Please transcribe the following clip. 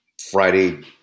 Friday